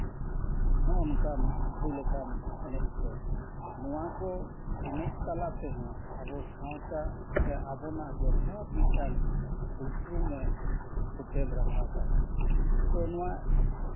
ᱦᱚᱜᱼᱚᱭ ᱱᱚᱝᱠᱟᱱ ᱟᱹᱰᱤ ᱞᱮᱠᱟᱱ ᱮᱱᱮᱡ ᱠᱚ ᱱᱚᱣᱟ ᱠᱚ ᱮᱱᱮᱡ ᱛᱟᱞᱟ ᱛᱮᱦᱚᱸ ᱟᱵᱚ ᱥᱟᱶᱛᱟ ᱥᱮ ᱟᱵᱚᱱᱟᱜ ᱡᱚᱛᱷᱟᱛ ᱢᱤᱫᱴᱟᱝ ᱩᱯᱨᱩᱢ ᱮ ᱯᱷᱚᱴᱮᱞ ᱨᱟᱠᱟᱵᱟᱭ ᱛᱚ ᱱᱚᱣᱟ